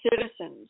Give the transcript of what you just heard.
citizens